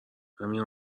ریهمین